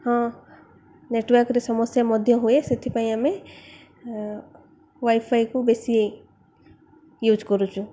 ହଁ ନେଟୱାର୍କରେେ ସମସ୍ୟା ମଧ୍ୟ ହୁଏ ସେଥିପାଇଁ ଆମେ ୱାଇଫାଇକୁ ବେଶୀ ୟୁଜ୍ କରୁଛୁ